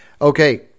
Okay